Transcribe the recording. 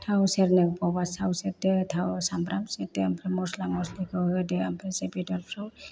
थाव सेरनांगौबा थाव सेरदो थाव सामब्राम सेरदो आमफ्राय मस्ला मस्लिखौ होदो आमफ्रायसो बेदरफ्राव